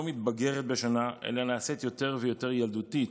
מתבגרת בשנה אלא נעשית יותר ויותר ילדותית,